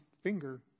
finger